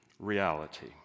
Reality